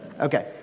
okay